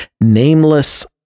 nameless